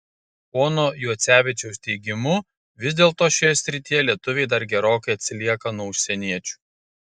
pono juocevičiaus teigimu vis dėlto šioje srityje lietuviai dar gerokai atsilieka nuo užsieniečių